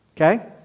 okay